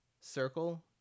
circle